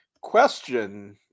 question